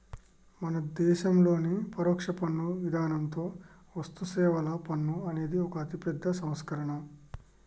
మన దేసంలోని పరొక్ష పన్ను ఇధానంతో వస్తుసేవల పన్ను అనేది ఒక అతిపెద్ద సంస్కరణ